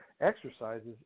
exercises